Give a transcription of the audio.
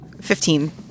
Fifteen